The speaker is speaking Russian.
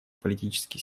политический